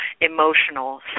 emotional